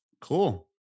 Cool